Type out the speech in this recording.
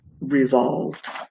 resolved